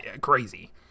crazy